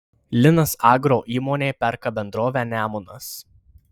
linas agro įmonė perka bendrovę nemunas